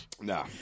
nah